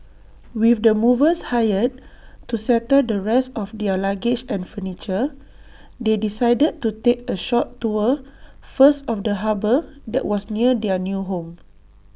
with the movers hired to settle the rest of their luggage and furniture they decided to take A short tour first of the harbour that was near their new home